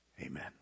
Amen